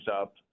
up